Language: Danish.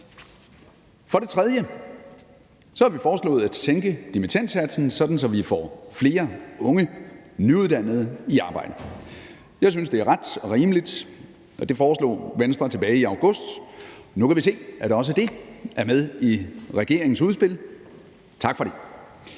For det tredje har vi foreslået at sænke dimittendsatsen, sådan at vi får flere unge nyuddannede i arbejde. Jeg synes, det er ret og rimeligt, og det foreslog Venstre tilbage i august. Nu kan vi se, at også det er med i regeringens udspil. Tak for det.